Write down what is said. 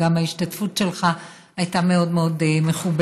וגם ההשתתפות שלך הייתה מאוד מאוד מכובדת,